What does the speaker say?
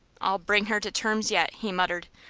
i'll bring her to terms yet, he muttered.